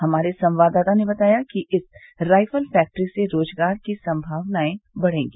हमारे संवाददाता ने बताया है कि इस राइफल फैक्टरी से रोजगार की संभावनाएं बढेंगी